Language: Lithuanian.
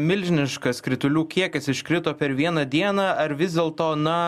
milžiniškas kritulių kiekis iškrito per vieną dieną ar vis dėlto na